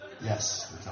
Yes